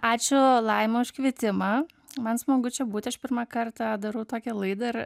ačiū laima už kvietimą man smagu čia būti aš pirmą kartą darau tokią laidą ir